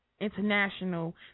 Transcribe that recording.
International